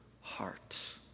heart